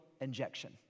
injection